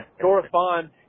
correspond